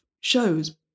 shows